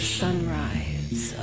sunrise